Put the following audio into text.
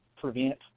prevent